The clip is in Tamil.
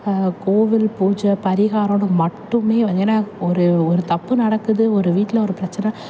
கோவில் பூஜை பரிகாரம்னு மட்டுமே ஏன்னா ஒரு ஒரு தப்பு நடக்குது ஒரு வீட்டில் ஒரு பிரச்சனை